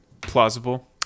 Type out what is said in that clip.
plausible